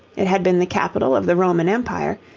it had been the capital of the roman empire,